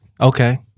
Okay